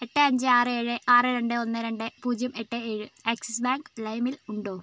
എട്ട് അഞ്ച് ആറ് ഏഴ് ആറ് രണ്ട് ഒന്ന് രണ്ട് പൂജ്യം എട്ട് ഏഴ് ആക്സിസ് ബാങ്ക് ലൈമിൽ ഉണ്ടോ